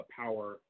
power